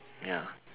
ya